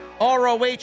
ROH